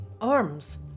arms